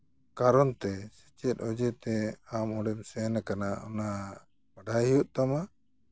ᱠᱟᱨᱚᱱ ᱛᱮ ᱥᱮ ᱪᱮᱫ ᱚᱡᱮ ᱛᱮ ᱟᱢ ᱚᱸᱰᱮᱢ ᱥᱮᱱ ᱠᱟᱱᱟ ᱚᱱᱟ ᱵᱟᱰᱟᱭ ᱦᱩᱭᱩᱜ ᱛᱟᱢᱟ